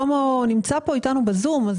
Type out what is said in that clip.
שלמה נמצא ב-זום.